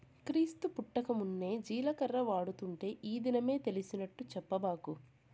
క్రీస్తు పుట్టకమున్నే జీలకర్ర వాడుతుంటే ఈ దినమే తెలిసినట్టు చెప్పబాకు